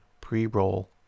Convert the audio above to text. pre-roll